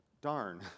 darn